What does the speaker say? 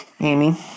Amy